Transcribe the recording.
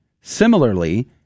similarly